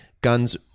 guns